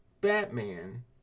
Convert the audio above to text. Batman